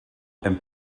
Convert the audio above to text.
and